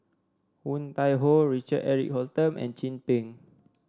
Woon Tai Ho Richard Eric Holttum and Chin Peng